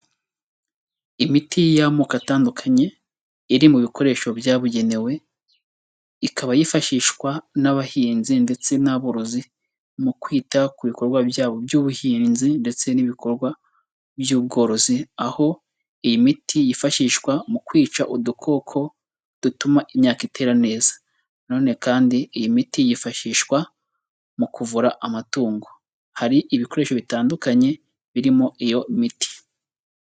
Imiti y'amoko atandukanye, iri mu bikoresho byabugenewe, ikaba yifashishwa n'abahinzi ndetse n'aborozi mu kwita ku bikorwa byabo by'ubuhinzi ndetse n'ibikorwa by'ubworozi aho iyi miti yifashishwa mu kwica udukoko dutuma imyaka itera neza, none kandi iyi miti yifashishwa mu kuvura amatungo, hari ibikoresho bitandukanye birimo iyo miti.